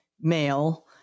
male